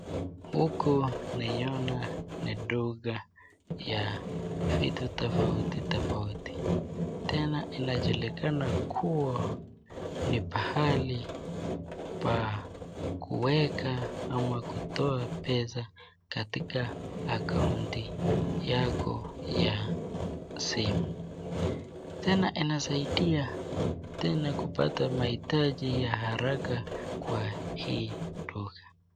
Huku naiona ni duka ya vitu tofauti tofauti tena inajulikana kuwa ni pahali pa kuweka ama kutoa pesa katika akaunti yako ya simu tena inasaidia kupata mahitaji ya haraka kwa hii duka.